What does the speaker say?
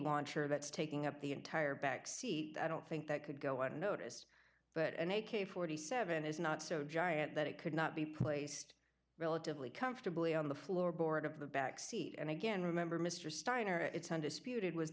launcher that's taking up the entire back seat i don't think that could go unnoticed but an a k forty seven is not so giant that it could not be placed relatively comfortably on the floorboard of the back seat and again remember mr steiner it's undisputed was